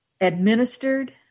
administered